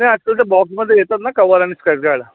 नाही आजकाल ते बॉक्समध्ये येतात न कवर आणि स्क्रॅचगार्ड